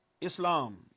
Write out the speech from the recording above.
Islam